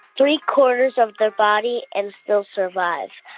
three-quarters of their body and still survive.